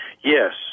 Yes